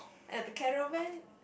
at the caravan